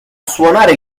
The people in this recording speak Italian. suonare